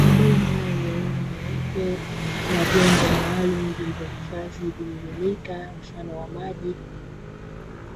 Mabomba yenye rangi nyeupe na vyombo maalumu vilivyohifadhi vimiminika mfano wa maji